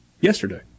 Yesterday